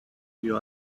you